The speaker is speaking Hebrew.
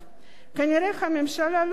כנראה הממשלה לא מבינה